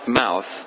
mouth